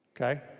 Okay